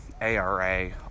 ARA